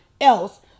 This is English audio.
else